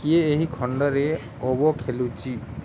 କିଏ ଏହି ଖଣ୍ଡରେ ଓବୋ ଖେଳୁଛି